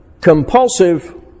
compulsive